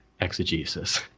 exegesis